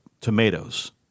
tomatoes